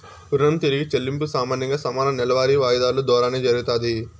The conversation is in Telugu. రుణం తిరిగి చెల్లింపు సామాన్యంగా సమాన నెలవారీ వాయిదాలు దోరానే జరగతాది